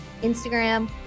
Instagram